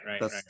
right